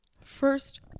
first